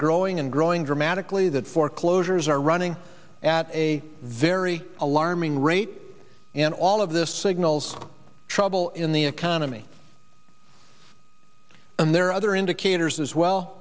growing and growing dramatically that foreclosures are running at a very alarming rate and all of this signals trouble in the economy and there are other indicators as well